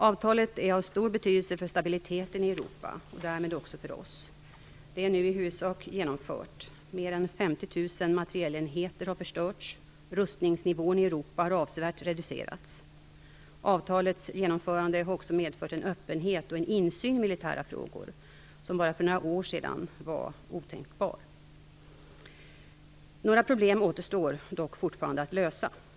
Avtalet är av stor betydelse för stabiliteten i Europa och därmed också för oss. Det är nu i huvudsak genomfört. Mer än 50 000 materielenheter har förstörts. Rustningsnivån i Europa har avsevärt reducerats. Avtalets genomförande har också medfört en öppenhet och en insyn i militära frågor som för bara några år sedan var otänkbar. Några problem återstår dock fortfarande att lösa.